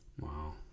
Wow